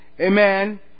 Amen